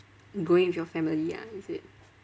going with your family ah is it